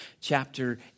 chapter